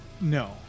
No